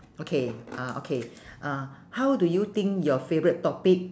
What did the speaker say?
okay ah okay uh how do you think your favourite topic